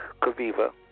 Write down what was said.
Kaviva